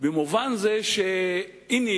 במובן זה שהנה,